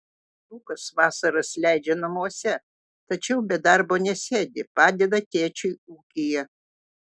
lukas vasaras leidžia namuose tačiau be darbo nesėdi padeda tėčiui ūkyje